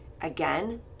again